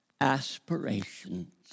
aspirations